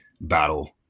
battle